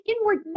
inward